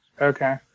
Okay